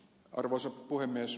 arvoisa puhemies